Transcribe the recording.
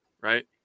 right